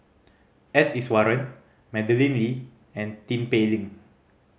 S Iswaran Madeleine Lee and Tin Pei Ling